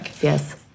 Yes